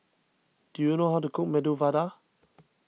do you know how to cook Medu Vada